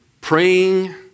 praying